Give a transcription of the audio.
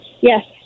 Yes